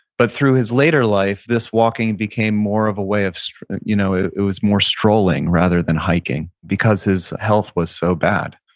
but through his later life this walking became more of a way, so you know it it was more strolling, rather than hiking, because his health was so bad.